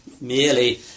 merely